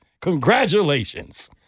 Congratulations